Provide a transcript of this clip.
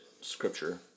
Scripture